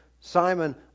Simon